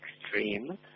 extreme